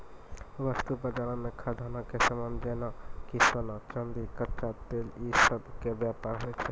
वस्तु बजारो मे खदानो के समान जेना कि सोना, चांदी, कच्चा तेल इ सभ के व्यापार होय छै